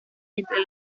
entre